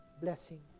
blessing